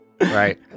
Right